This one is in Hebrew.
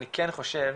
אני כן חושב,